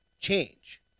change